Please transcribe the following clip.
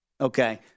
Okay